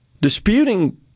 disputing